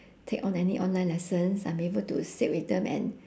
take on any online lessons I'm be able to sit with them and